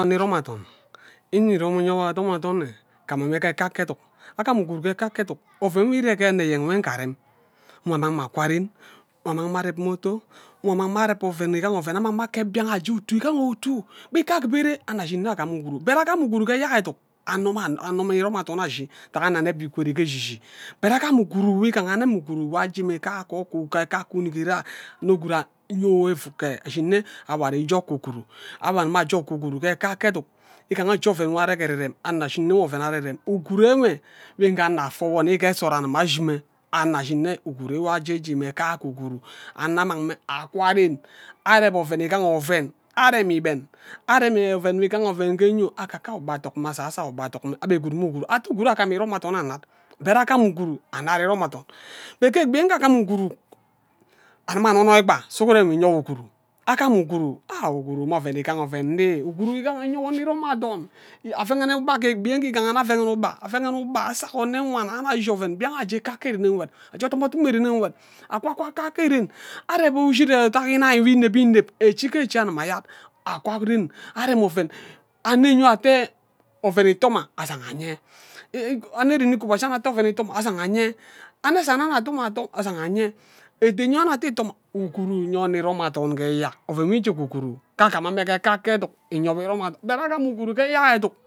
Iro athon enwe inyen wo irom athon inye sima mme ghe ka ke eduk agam ughure ghe kake eduk oven nwo ire ghe anno enyeng nwo nja rem ngwa mang mme akaka ren ngwa mmang mme areb motor ngwa mang mme arem oven igaha oven akeb ngwang ayo aje ke otu igaha otu akibere anno ashin nne agam ughuru but agam ughuru ghe eyark eduk anno anneb wo ikweri ghe eshishi but orgam ushure nwo igaha nne mme ughuru nwo aje. Mme ghe ka ke unighere anyo anno gwud nyowo ifuk ghe ashine awo are ije oku ughuru awo agim aje oku ughuru ghe ka ke eduk nga shie oven nwo are ghe ererem anno ashin nnwo aven nwo are ghe ererem ughuru enwe mme nghe anno afo woni nghe nsod anime ashime anno ashime nne ughuru enwe aje mme ka ke ughuru anno amang mme akwa ren areb oven igaha oven arem igben arem oven igaha aven ghe enyon akaka ayo agbe adok mme asaso ayo ugbe adok mme abhe gwud mme ughuru ate ughuru agam iram athon annad but agam ughuru annad irom athon but ghe egbi ngham ughuru agim anonoi gba sughoren nkwa uyen owo ughuru agam ughuru ughuru mme oven igaha aven ndi ughuru igaha aye owo anno irom athon aveghene ugba ghe egbi nje igaha nne avenghene ugba osak onnno wana annuk ashi oven mbian aje kake ren nkwed aje odumodume rene nkwed akwa kake ren areb ishid othok inai nwo ineb ineb ichi ke ichi agima ayad akwa ren arem oven anne yon ate oven ito ma azanga anyen anne ren ikobashi ama ate oven ito mma asaga anye anno zani atoadon asan anye ede yon ama ate ughuru inye onno irom athon ke eyak oven nwo ije ke ughuru kagima mme kake eduk inye wo irom athon but agam ughuru ke eyak eduk